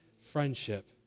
friendship